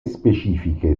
specifiche